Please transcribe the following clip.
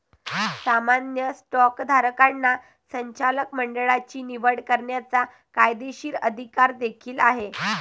सामान्य स्टॉकधारकांना संचालक मंडळाची निवड करण्याचा कायदेशीर अधिकार देखील आहे